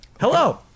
Hello